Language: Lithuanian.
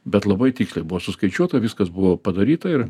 bet labai tiksliai buvo suskaičiuota viskas buvo padaryta ir